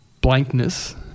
blankness